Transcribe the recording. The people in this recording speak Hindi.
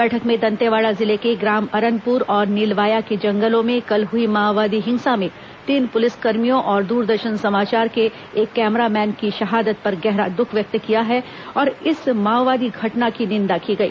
बैठक में दंतेवाड़ा जिले के ग्राम अरनपुर और नीलवाया के जंगलों में कल हई माओवादी हिंसा में तीन पुलिसकर्मियों और दूरदर्शन समाचार के एक कैमरामैन की शहादत पर गहरा दुख व्यक्त किया गया और इस माओवादी घटना की निंदा की गई